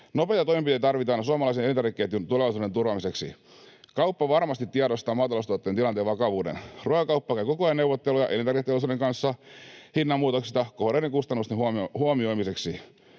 Nopeita toimenpiteitä tarvitaan suomalaisen elintarvikeketjun tulevaisuuden turvaamiseksi. Kauppa varmasti tiedostaa maataloustuottajien tilanteen vakavuuden. Ruokakauppa käy koko ajan neuvotteluja elintarviketeollisuuden kanssa hinnanmuutoksista kohonneiden kustannusten huomioimiseksi.